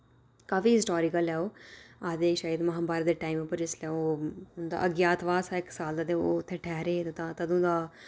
काफी हिस्टोरिकल ऐ ओह् आखदे शायद महाभारत दे टाइम उप्पर जिसलै ओ उं'दा अज्ञात बास हा इक साल दा ते ओह् उत्थै ठैहरे हे ते तां तदूं दा